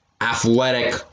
athletic